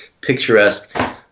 picturesque